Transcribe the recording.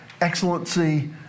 excellency